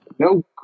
No